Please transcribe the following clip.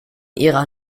ihrer